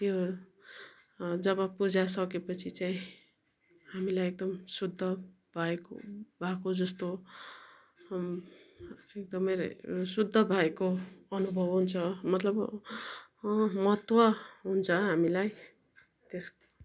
त्यो जब पूजा सकेपछि चाहिँ हामीलाई एकदम शुद्ध भएको भएको जस्तो एकदमै शुद्ध भएको अनुभव हुन्छ मतलब महत्त्व हुन्छ हामीलाई त्यस